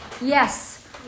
Yes